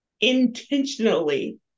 intentionally